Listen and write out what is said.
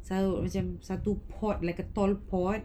taruk macam satu pot like a tall pot